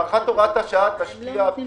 לקחת את האוכלוסייה שהיום בנוסח הקיים לא נכנסת